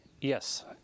yes